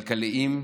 כלכליים,